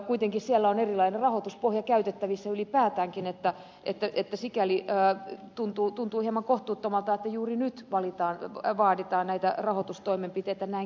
kuitenkin siellä on erilainen rahoituspohja käytettävissä ylipäätäänkin sikäli tuntuu hieman kohtuuttomalta että juuri nyt vaaditaan rahoitustoimenpiteitä näin kärkkäästi